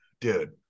Dude